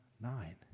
nine